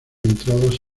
entradas